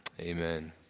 Amen